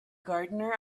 gardener